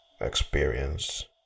experience